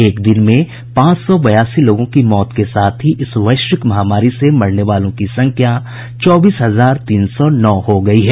एक दिन में पांच सौ बयासी लोगों की मौत के साथ ही इस वैश्विक महामारी से मरने वालों की संख्या बढ़कर चौबीस हजार तीन सौ नौ हो गयी है